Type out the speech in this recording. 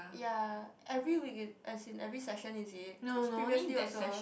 ya every week in as in every session is it cause previously also